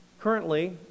Currently